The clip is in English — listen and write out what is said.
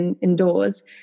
indoors